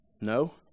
No